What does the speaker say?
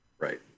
Right